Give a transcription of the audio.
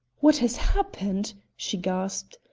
what has happened? she gasped.